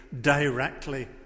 directly